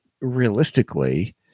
realistically